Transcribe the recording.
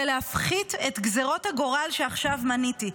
להפחית את הגזרות הגורליות שעכשיו מניתי.